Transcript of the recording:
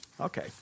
Okay